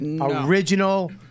Original